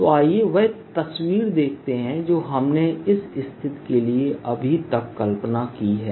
तो आइए वह तस्वीर देखते हैं जो हमने इस स्थिति के लिए अभी तक कल्पना की है